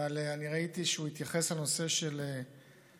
אבל אני ראיתי שהוא התייחס לנושא של 100